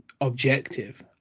objective